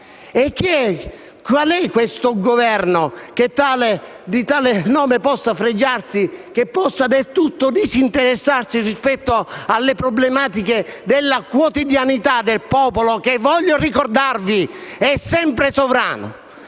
Qual è questo Governo, che di tale nome possa fregiarsi, che può del tutto disinteressarsi delle problematiche della quotidianità del popolo che, voglio ricordarvi, è sempre sovrano?